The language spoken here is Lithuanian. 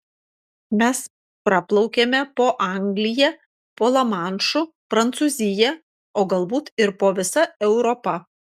mes praplaukėme po anglija po lamanšu prancūzija o galbūt ir po visa europa